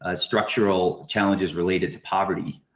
ah structural challenges related to poverty.